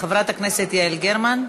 חברת הכנסת יעל גרמן,